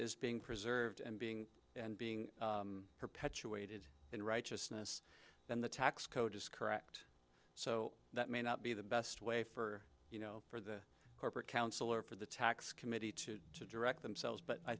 is being preserved and being and being perpetuated in righteousness then the tax code is correct so that may not be the best way for you know for the corporate council or for the tax committee to to direct themselves but i